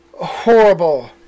horrible